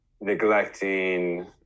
neglecting